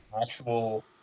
actual